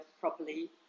properly